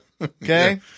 Okay